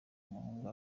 umuhungu